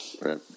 Right